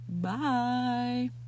bye